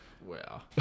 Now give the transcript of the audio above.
Wow